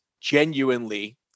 genuinely